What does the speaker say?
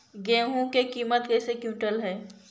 गेहू के किमत कैसे क्विंटल है?